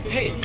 Hey